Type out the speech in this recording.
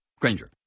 Granger